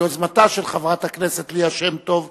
ביוזמתה של חברת הכנסת ליה שמטוב,